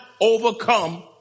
overcome